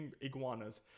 iguanas